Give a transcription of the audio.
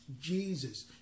Jesus